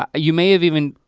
um you may have even,